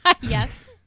Yes